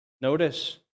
Notice